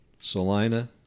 Salina